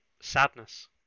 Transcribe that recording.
sadness